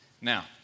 Now